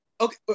okay